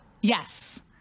Yes